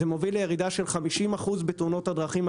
זה מוביל לירידה של 50% בתאונות הדרכים,